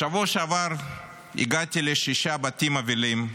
בשבוע שעבר הגעתי לשישה בתים אבלים,